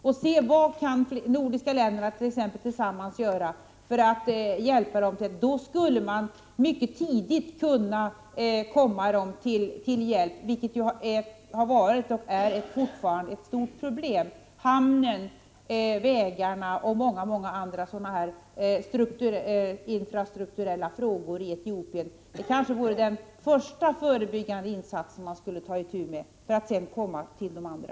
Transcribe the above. Vad kan t.ex. de nordiska länderna göra tillsammans? Med sådana insatser skulle man mycket tidigt kunna komma befolkningen till hjälp, vilket annars har varit och fortfarande är ett stort problem. Den första förebyggande insatsen borde kanske avse hamnen, vägarna och många andra infrastrukturella faktorer i Etiopien. Sedan kunde man gå över till de andra insatserna.